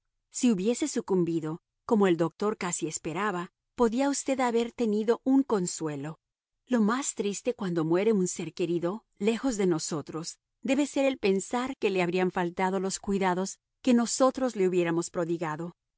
si hubiese sucumbido como el doctor casi esperaba podía usted haber tenido un consuelo lo más triste cuando muere un ser querido lejos de nosotros debe ser el pensar que le habrán faltado los cuidados que nosotros le hubiéramos prodigado